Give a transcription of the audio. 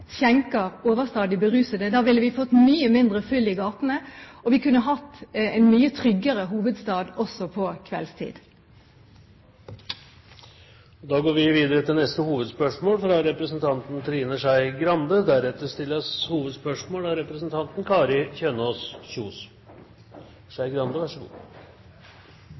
skjenker overstadig berusede. Da ville vi fått mye mindre fyll i gatene, og vi kunne hatt en mye tryggere hovedstad også på kveldstid. Vi går videre til neste hovedspørsmål. Jeg vil gå fra